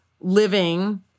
living